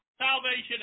Salvation